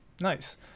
Nice